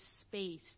space